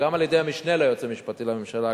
וגם על-ידי המשנה ליועץ המשפטי לממשלה,